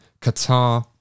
Qatar